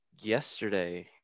yesterday